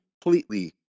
completely